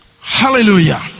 hallelujah